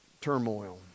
turmoil